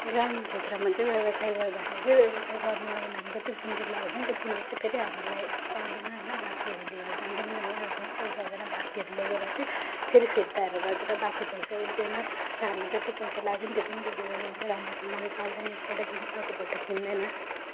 ग्रामीण क्षेत्रमा चाहिँ व्यवसाय गर्दैखेरि चाहिँ व्यवसाय गर्नुको लागि हामी जति पुँजी लगाउँछ नि त्यो पुँजी चाहिँ फेरि हामीले पाउँदैन होइन बाँकीहरू लिएर जान्छ नि उनीहरूकोमा नि पैसा हुँदैन बाँकीहरू लगेर चाहिँ फेरि फिर्ताहरू गर्दैन बाँकी पैसा उठ्दैन र हामी जति पैसा लाग्यो नि त्यो पनि डुबेर जान्छ र राम्रोसँगले चल्दैन एक पल्ट किनेदेखि अर्को पल्ट किन्दैन